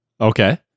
Okay